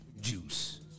juice